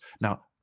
Now